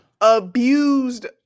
abused